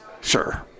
Sure